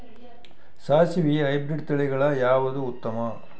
ಸಾಸಿವಿ ಹೈಬ್ರಿಡ್ ತಳಿಗಳ ಯಾವದು ಉತ್ತಮ?